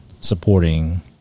Supporting